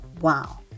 wow